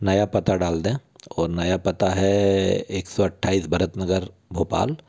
नया पता डाल दें और नया पता है एक सौ अट्ठाईस भरत नगर भोपाल